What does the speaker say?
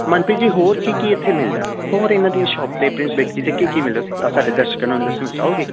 ਮਨਪ੍ਰੀਤ ਜੀ ਹੋਰ ਕੀ ਕੀ ਇੱਥੇ ਮਿਲਦਾ ਹੋਰ ਇਹਨਾਂ ਦੀ ਸ਼ੋਪ 'ਤੇ ਪ੍ਰਿੰਸ ਬੇਕਰੀ 'ਤੇ ਕੀ ਕੀ ਮਿਲਦਾ ਸਾਡੇ ਦਰਸ਼ਕਾਂ ਨੂੰ ਦੱਸਣਾ ਚਾਹੋਗੇ